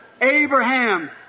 Abraham